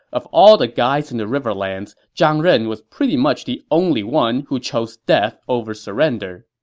of all the guys in the riverlands, zhang ren was pretty much the only one who chose death over surrender.